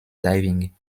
diving